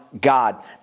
God